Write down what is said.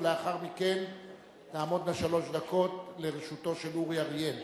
ולאחר מכן תעמודנה שלוש דקות לרשותו של אורי אריאל.